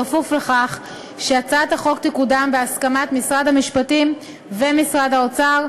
בכפוף לכך שהצעת החוק תקודם בהסכמת משרד המשפטים ומשרד האוצר,